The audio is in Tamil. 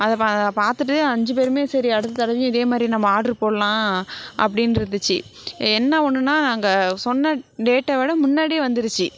அதை ப பார்த்துட்டு அஞ்சு பேருமே சரி அடுத்த தடவையும் இதே மாதிரி நம்ம ஆர்டரு போடலாம் அப்படின்ருந்துச்சு என்ன ஒன்றுனா அங்கே சொன்ன டேட்டை விட முன்னாடியே வந்துருச்சு